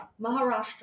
Maharashtra